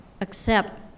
accept